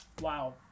Wow